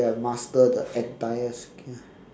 you have master the entire